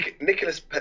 Nicholas